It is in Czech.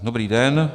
Dobrý den.